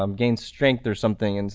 um gain strength or something and